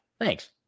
Thanks